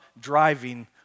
driving